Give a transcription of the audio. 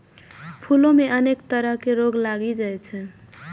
फूलो मे अनेक तरह रोग लागि जाइ छै